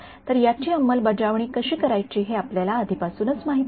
तर याची अंमलबजावणी कशी करायची हे आपल्याला आधी पासूनच माहित आहे